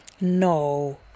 no